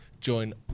join